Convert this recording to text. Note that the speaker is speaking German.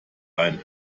ein